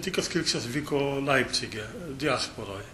tikras krikštas vyko leipcige diasporoj